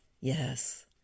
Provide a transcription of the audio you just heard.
Yes